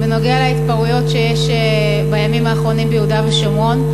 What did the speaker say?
להתפרעויות שיש בימים האחרונים ביהודה ושומרון.